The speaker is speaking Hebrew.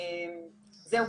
זהו.